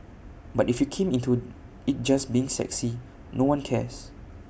but if you come into IT just being sexy no one cares